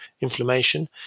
inflammation